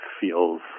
feels